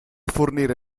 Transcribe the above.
fornire